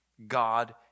God